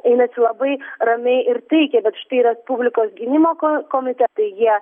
einasi labai ramiai ir taikiai bet štai respublikos gynimo ko komitetai jie